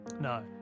No